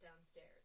downstairs